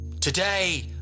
Today